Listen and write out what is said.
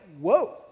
whoa